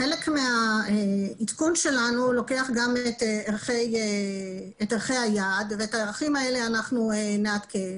חלק מהעדכון שלנו לוקח גם את ערכי היעד ואת הערכים האלה אנחנו נעדכן.